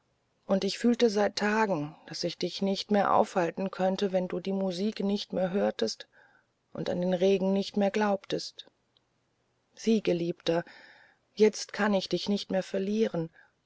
und ich fühlte seit tagen daß ich dich nicht mehr aufhalten könnte wenn du die musik nicht mehr hörtest und an den regen nicht mehr glaubtest sieh geliebter jetzt kann ich dich nicht mehr verlieren